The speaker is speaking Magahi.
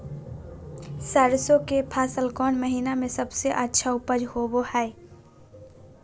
सरसों के फसल कौन महीना में सबसे अच्छा उपज होबो हय?